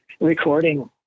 recording